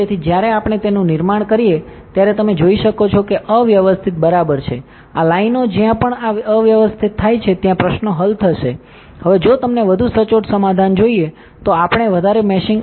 તેથી જ્યારે આપણે તેનું નિર્માણ કરીએ ત્યારે તમે જોઈ શકો છો કે અવ્યવસ્થિત બરાબર છે આ લાઇનો જ્યાં પણ આ અવ્યવસ્થિત થાય છે ત્યાં પ્રશ્નો હલ થશે હવે જો તમને વધુ સચોટ સમાધાન જોઈએ તો આપણે વધારે મેશિંગ આપી શકીશું